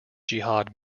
jihad